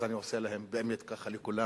אז אני עושה באמת ככה לכולם.